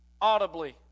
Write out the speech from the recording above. audibly